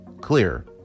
clear